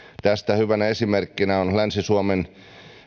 tästä hyvänä esimerkkinä on länsi suomen